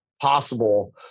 possible